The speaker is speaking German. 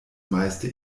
meiste